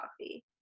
coffee